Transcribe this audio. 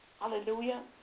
Hallelujah